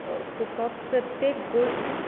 तुका प्रत्येक गोश्ट